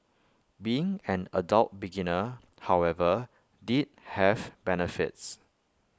being an adult beginner however did have benefits